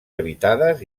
habitades